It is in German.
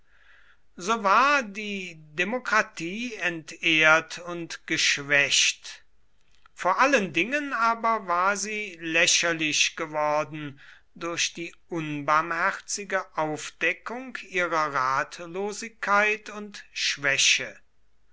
so war die demokratie entehrt und geschwächt vor allen dingen aber war sie lächerlich geworden durch die unbarmherzige aufdeckung ihrer ratlosigkeit und schwäche